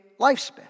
lifespan